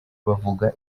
bavuga